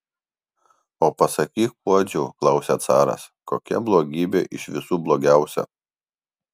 o pasakyk puodžiau klausia caras kokia blogybė iš visų blogiausia